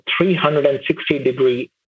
360-degree